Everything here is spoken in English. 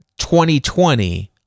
2020